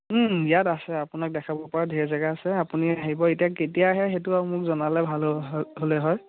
ইয়াত আছে আপোনাক দেখাব পৰা ধেৰ জেগা আছে আপুনি আহিব এতিয়া কেতিয়া আহে সেইটো আৰু মোক জনালে ভাল হ হ'লে হয়